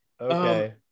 okay